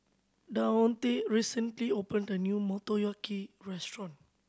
Davonte recently opened a new Motoyaki Restaurant